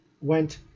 went